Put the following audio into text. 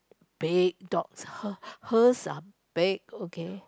big dogs her her's are big okay